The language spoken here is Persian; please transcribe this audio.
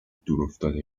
دورافتاده